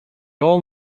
all